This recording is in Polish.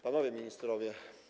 Panowie Ministrowie!